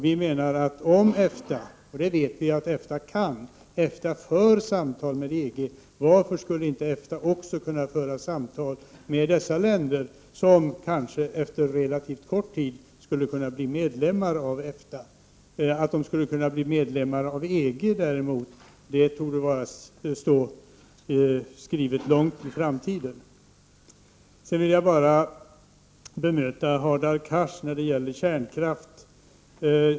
Vi menar att om EFTA -— det vet vi att EFTA kan — för samtal med EG, varför skulle inte EFTA också kunna föra samtal med dessa länder, som kanske efter relativt kort tid skulle kunna bli medlemmar av EFTA? Att de skulle kunna bli medlemmar av EG däremot, torde stå skrivet långt in i framtiden. Sedan vill jag bara bemöta Hadar Cars när det gäller kärnkraften.